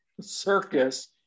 circus